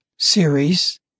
series